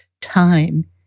time